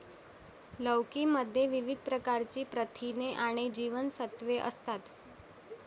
लौकी मध्ये विविध प्रकारची प्रथिने आणि जीवनसत्त्वे असतात